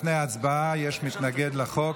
לפני ההצבעה יש מתנגד לחוק.